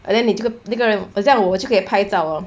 and then 你这个那个人好像我就可以拍照 lor